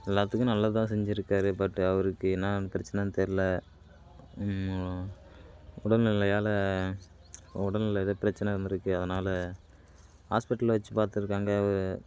எல்லாத்துக்கும் நல்லது தான் செஞ்சிருக்காரு பட் அவருக்கு என்னென்னு பிரச்சினன்னு தெரியல உடல்நிலையால் உடல்நிலை ஏதோ பிரச்சின இருந்துருக்கு அதனால ஹாஸ்பிட்டலில் வெச்சு பார்த்துருக்காங்க அது